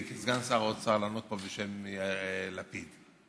כסגן שר האוצר לענות פה בשם יאיר לפיד.